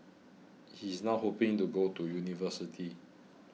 he is now hoping to go to university